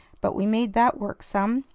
but we made that work some.